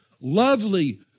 lovely